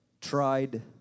Tried